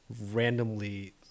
randomly